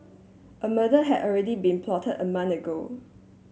a murder had already been plotted a month ago